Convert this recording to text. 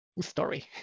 story